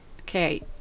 Okay